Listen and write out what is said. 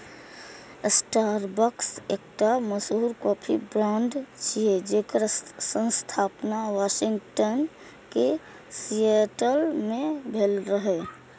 Starbucks एकटा मशहूर coffee brand छियै, जेकर स्थापना वाशिंगटन के सिएटल मे भेल रहै